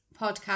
podcast